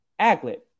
Aglet